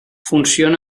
funciona